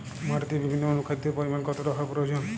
মাটিতে বিভিন্ন অনুখাদ্যের পরিমাণ কতটা হওয়া প্রয়োজন?